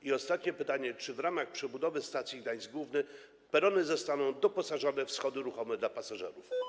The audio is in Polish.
I ostatnie pytanie: Czy w ramach przebudowy stacji Gdańsk Główny perony zostaną doposażone w schody ruchome dla pasażerów?